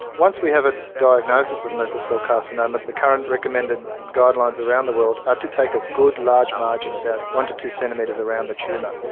once we have a diagnosis of merkel cell carcinoma, the current recommended guidelines around the world are to take a good large margin, about one to two centimetres around the tumour.